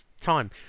time